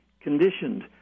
Conditioned